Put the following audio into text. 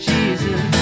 Jesus